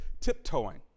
tiptoeing